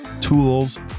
tools